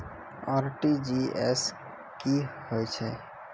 RTGS की होय छै?